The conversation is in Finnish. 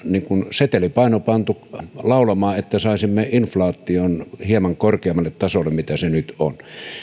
setelipaino pantu laulamaan että saisimme inflaation hieman korkeammalle tasolle kuin se nyt on